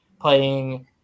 playing